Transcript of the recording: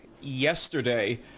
yesterday